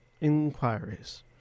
inquiries